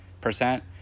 percent